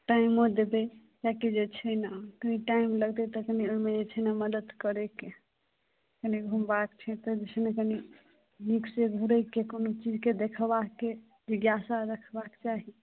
टाइमो देबै किएकि जे छै ने कनि कनि टाइम लगतै तऽ कनि ओहिमे जे छै ने मदति करैके कनि घुमबाक छै तऽ जे छै ने कनि नीकसे घुरैके कोनो चीजके देखबाके जिज्ञासा रखबाक चाही